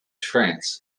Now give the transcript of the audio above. trance